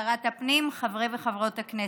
שרת הפנים, חברי וחברות הכנסת,